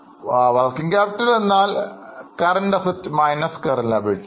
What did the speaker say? പ്രവർത്തന മൂലധനം എന്നാൽ CA നിന്നും CL കുറയ്ക്കുക